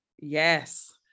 Yes